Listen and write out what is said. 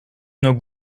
nur